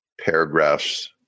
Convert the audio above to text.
paragraphs